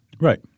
Right